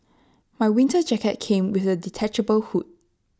my winter jacket came with A detachable hood